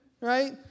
right